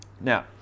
now